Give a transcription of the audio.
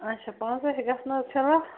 اَچھا